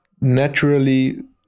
naturally